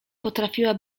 potrafiła